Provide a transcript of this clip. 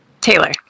Taylor